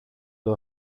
του